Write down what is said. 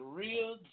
real